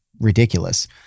ridiculous